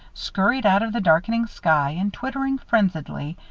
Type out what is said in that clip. scurried out of the darkening sky, and twittering frenziedly,